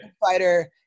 fighter